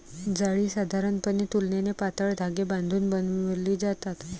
जाळी साधारणपणे तुलनेने पातळ धागे बांधून बनवली जातात